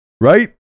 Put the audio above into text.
Right